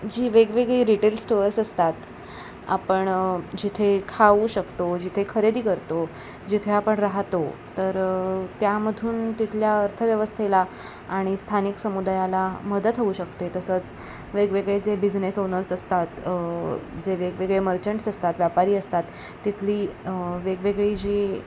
जी वेगवेगळी retail stores असतात आपण जिथे खाऊ शकतो जिथे खरेदी करतो जिथे आपण राहतो तर त्यामधून तिथल्या अर्थव्यवस्थेला आणि स्थानिक समुदायाला मदत होऊ शकते तसंच वेगवेगळे जे बिझनेस ओनर्स असतात जे वेगवेगळे मर्चंट्स असतात व्यापारी असतात तिथली वेगवेगळी जी